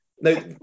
Now